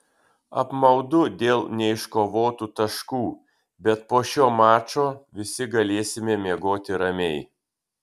apmaudu dėl neiškovotų taškų bet po šio mačo visi galėsime miegoti ramiai